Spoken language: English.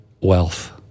wealth